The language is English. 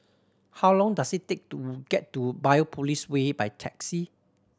how long does it take to get to Biopolis Way by taxi